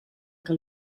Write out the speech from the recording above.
que